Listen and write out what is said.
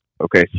Okay